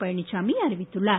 பழனிச்சாமி அறிவித்துள்ளார்